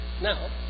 now